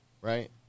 right